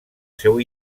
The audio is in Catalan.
seu